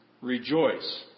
Rejoice